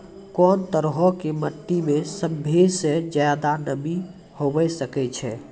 कोन तरहो के मट्टी मे सभ्भे से ज्यादे नमी हुये सकै छै?